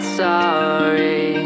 sorry